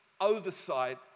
oversight